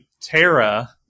Terra